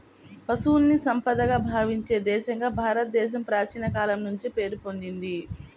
పశువుల్ని సంపదగా భావించే దేశంగా భారతదేశం ప్రాచీన కాలం నుంచే పేరు పొందింది